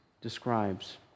describes